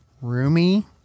Roomy